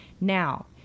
Now